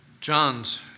John's